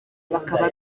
bakaba